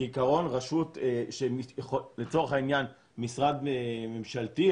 שמשרד ממשלתי,